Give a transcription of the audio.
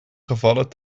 gevallen